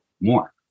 more